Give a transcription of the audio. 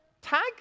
tag